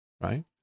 Right